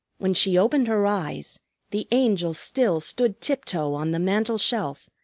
when she opened her eyes the angel still stood tiptoe on the mantel-shelf,